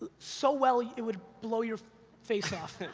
so well it would blow your face off.